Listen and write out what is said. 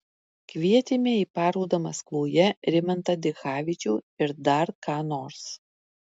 kvietėme į parodą maskvoje rimantą dichavičių ir dar ką nors